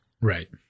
Right